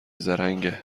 زرنگه